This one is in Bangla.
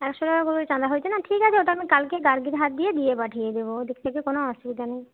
একশো টাকা করে চাঁদা হয়েছে না ঠিক আছে ওটা আমি কালকে গার্গীর হাত দিয়ে দিয়ে পাঠিয়ে দেব ওদিক থেকে কোনও অসুবিধা নেই